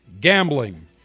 gambling